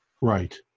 right